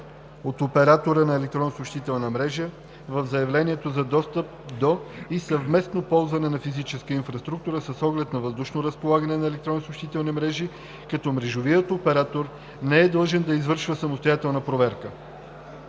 от оператора на електронна съобщителна мрежа в заявлението за достъп до и съвместно ползване на физическа инфраструктура с оглед на въздушно разполагане на електронна съобщителна мрежа, като мрежовият оператор не е длъжен да извършва самостоятелна проверка.“